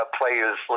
players